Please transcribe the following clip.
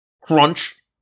Crunch